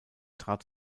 trat